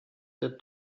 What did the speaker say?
the